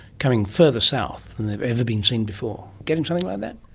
coming further south than they have ever been seen before. getting something like that?